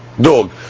dog